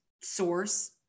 source